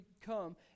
come